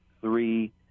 Three